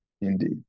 Indeed